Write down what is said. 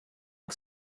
the